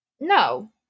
No